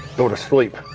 go to sleep,